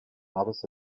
noves